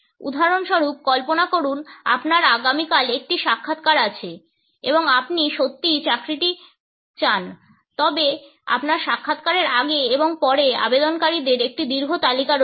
উদাহরণস্বরূপ কল্পনা করুন আপনার আগামীকাল একটি সাক্ষাৎকার আছে এবং আপনি সত্যিই চাকরিটি চান তবে আপনার সাক্ষাৎকারের আগে এবং পরে আবেদনকারীদের একটি দীর্ঘ তালিকা রয়েছে